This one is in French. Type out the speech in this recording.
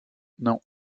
non